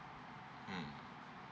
hmm